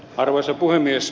arvoisa puhemies